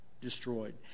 Destroyed